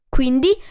Quindi